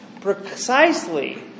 precisely